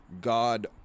God